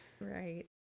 right